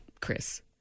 Chris